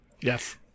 Yes